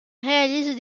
réalise